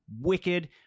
Wicked